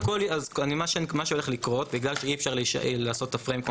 מה שהולך לקרות כי אי אפשר לעשות כמו